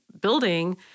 building